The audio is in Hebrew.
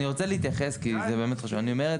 שנייה אני רוצה להתייחס רגע ואני באמת אומר את